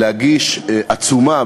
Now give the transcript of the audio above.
להגיש עצומה,